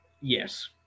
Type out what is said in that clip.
yes